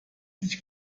dich